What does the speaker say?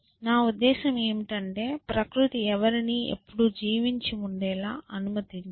నా ఉద్దేశ్యం ఏమిటంటే ప్రకృతి ఎవరిని ఎప్పుడూ జీవించి ఉండేలా అనుమతించదు